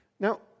Now